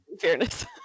fairness